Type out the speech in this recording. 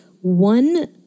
one